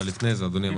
לפני זה אדוני המנכ"ל,